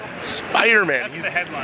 Spider-Man